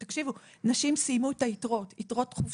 תקשיבו, נשים סיימו את היתרות יתרות חופשה,